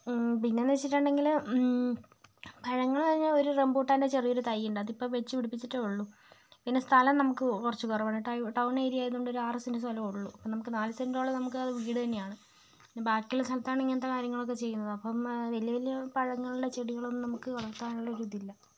പിന്നെയെന്നു വെച്ചിട്ടുണ്ടെങ്കിൽ പഴങ്ങൾ പറഞ്ഞാൽ ഒരു റംബൂട്ടാൻ്റെ ചെറിയൊരു തയ്യുണ്ട് അതിപ്പോൾ വെച്ചുപിടിപ്പിച്ചിട്ടുള്ളൂ പിന്നേ സ്ഥലം നമുക്ക് കുറച്ച് കുറവുണ്ട് ടൗൺ ഏരിയ ആയതുകൊണ്ട് ഒരു ആറ് സെൻ്റ് സ്ഥലമുള്ളൂ നമുക്ക് നാലു സെൻ്റോളം നമുക്ക് വീട് തന്നെയാണ് ബാക്കിയുള്ള സ്ഥലത്താണ് ഇങ്ങനത്തേ കാര്യങ്ങളൊക്കേ ചെയ്യുന്നത് അപ്പം വലിയ വലിയ പഴങ്ങളുള്ള ചെടികളൊന്നും നമുക്ക് വളർത്താനുള്ളൊരു ഇതില്ല